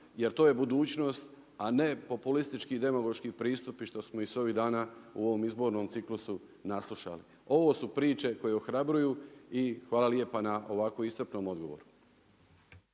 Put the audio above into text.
jer to je budućnost a ne populistički i demagoški pristupi što ih se ovih dana u ovom izbornom ciklusu naslušali. Ovo su priče koje ohrabruju i hvala lijepa na ovakvom iscrpnom odgovoru.